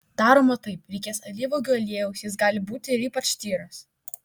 daroma taip reikės alyvuogių aliejaus jis gali būti ir ypač tyras